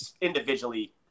individually